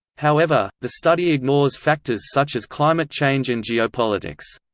however, the study ignores factors such as climate change and geopolitics.